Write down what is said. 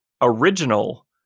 original